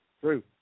True